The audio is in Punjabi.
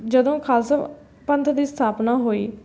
ਜਦੋਂ ਖਾਲਸਾ ਪੰਥ ਦੀ ਸਥਾਪਨਾ ਹੋਈ